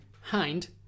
Hind